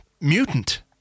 mutant